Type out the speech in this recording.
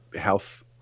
health